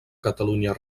catalunya